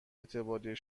اعتباری